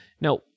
Now